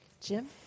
Jim